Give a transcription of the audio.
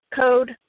code